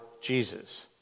Jesus